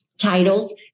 titles